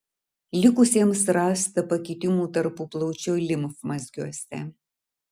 likusiems rasta pakitimų tarpuplaučio limfmazgiuose